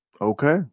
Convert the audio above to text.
Okay